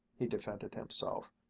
he defended himself.